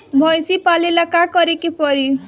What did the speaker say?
भइसी पालेला का करे के पारी?